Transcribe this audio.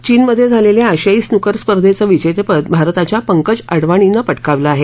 चीनमध्ये झालेल्या आशियाई स्नूकर स्पर्धेचं विजेतेपद भारताच्या पंकज अडवानीनं पटकावलं आहे